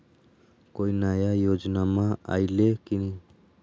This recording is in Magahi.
कोइ नया योजनामा आइले की?